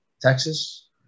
Texas